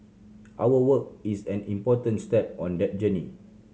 our work is an important step on that journey